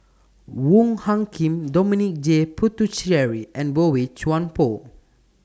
Wong Hung Khim Dominic J Puthucheary and Boey Chuan Poh